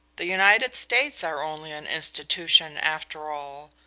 the united states are only an institution after all.